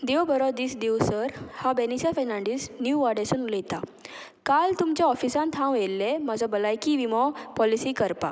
देव बरो दीस दिवं सर हांव बेनिसा फॅर्नांडीस न्यू वॉडेसून उलयतां काल तुमच्या ऑफिसान हांव येयल्लें म्हाजो भलायकी विमो पॉलिसी करपाक